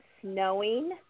snowing